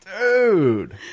Dude